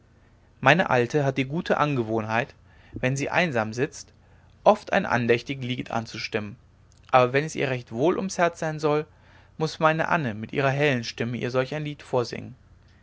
meine alte hat die gute gewohnheit wenn sie einsam sitzt oft ein andächtig lied anzustimmen aber wenn es ihr recht wohl ums herz sein soll muß meine anne mit ihrer hellen stimme ihr solch ein lied vorsingen